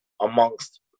amongst